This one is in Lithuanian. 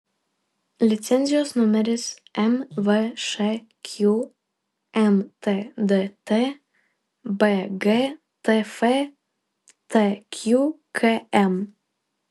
licenzijos numeris mvšq mtdt bgtf tqkm